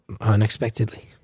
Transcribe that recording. Unexpectedly